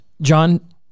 John